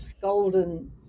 golden